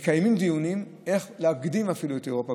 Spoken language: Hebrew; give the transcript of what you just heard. מקיימים דיונים איך להקדים את אירופה